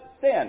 sin